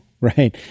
right